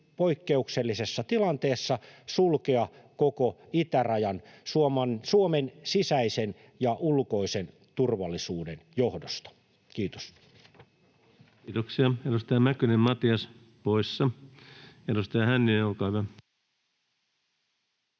poikkeuksellisessa tilanteessa sulkea koko itärajan Suomen sisäisen ja ulkoisen turvallisuuden johdosta? — Kiitos. Kiitoksia. — Edustaja Mäkynen, Matias, poissa. — Edustaja Hänninen, olkaa hyvä.